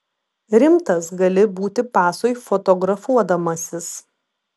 rimtas gali būti pasui fotografuodamasis